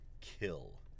kill